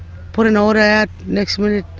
put an order out, next minute